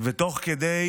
ותוך כדי